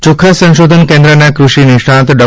ચોખા સંશોધન કેન્દ્રના કૃષિ નિષ્ણાત ડો